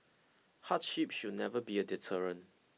hardship should never be a deterrent